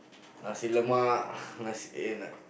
Nasi-Lemak nasi eh na~